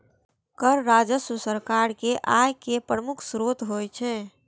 कर राजस्व सरकार के आय केर प्रमुख स्रोत होइ छै